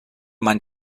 man